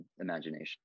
imagination